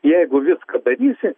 jeigu viską darysi